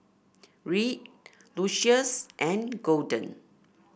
Reed Lucius and Golden